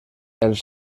els